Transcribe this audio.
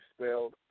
spelled